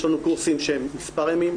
יש לנו קורסים שהם מספר ימים,